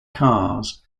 cars